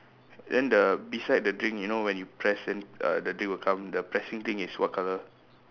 then the beside the drink you know when you press then uh the drink will come the pressing thing is what colour